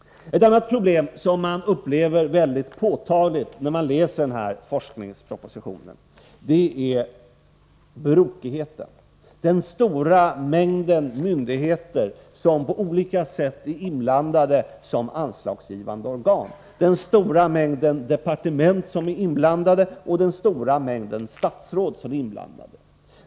Ett annat problem som man upplever mycket påtagligt när man läser forskningspropositionen gäller brokigheten, den stora mängden myndigheter som på olika sätt är inblandade såsom anslagsgivande organ, den stora mängden departement och statsråd som är inblandade.